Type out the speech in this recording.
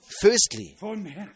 Firstly